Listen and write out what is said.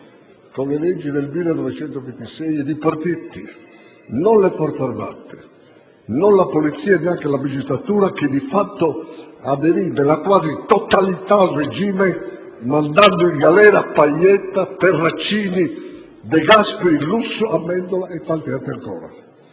con le leggi del 1926 ed i partiti, non le Forze armate, non la Polizia e neanche la magistratura, che di fatto aderì nella quasi totalità al regime, mandando in galera Pajetta, Terracini, De Gasperi, Lussu, Amendola e tanti altri ancora.